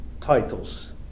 titles